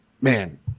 man